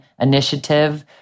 initiative